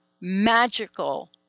magical